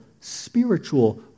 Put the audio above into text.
spiritual